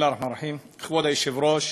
השרה,